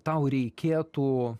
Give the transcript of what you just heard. tau reikėtų